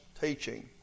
teaching